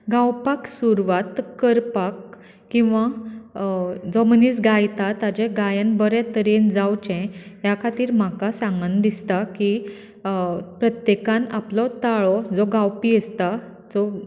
गावपाक सुरवात करपाक किंवां जो मनीस गायता ताजे गायन बरें तरेन जावचें ह्या खातीर म्हाका सांगन दिसतां की प्रत्येकान आपलो ताळो जो गावपी आसता जो